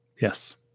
yes